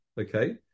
Okay